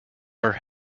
are